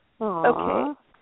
Okay